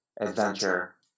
adventure